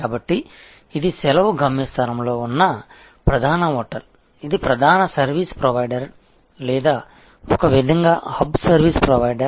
కాబట్టి ఇది సెలవు గమ్యస్థానంలో ఉన్న ప్రధాన హోటల్ ఇది ప్రధాన సర్వీస్ ప్రొవైడర్ లేదా ఒక విధంగా హబ్ సర్వీస్ ప్రొవైడర్